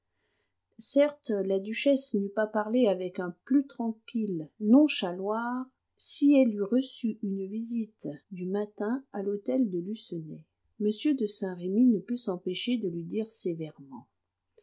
certes la duchesse n'eût pas parlé avec un plus tranquille nonchaloir si elle eût reçu une visite du matin à l'hôtel de lucenay m de saint-remy ne put s'empêcher de lui dire sévèrement